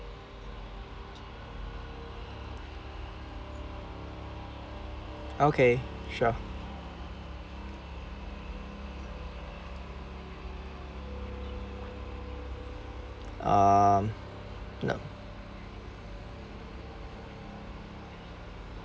okay sure um no